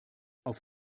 auf